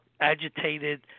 agitated